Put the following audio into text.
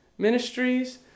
ministries